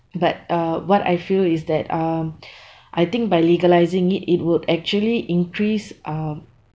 but uh what I feel is that um i think by legalising it would actually increase uh